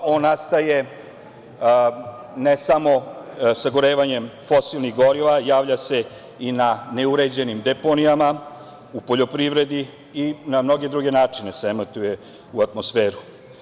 On nastaje ne samo sagorevanjem fosilnih goriva, javlja se i na neuređenim deponijama, u poljoprivredi i na mnoge druge načine se emituje u atmosferu.